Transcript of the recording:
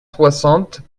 soixante